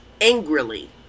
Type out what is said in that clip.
angrily